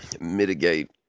mitigate